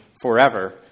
forever